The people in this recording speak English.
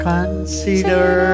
Consider